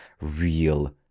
real